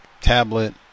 tablet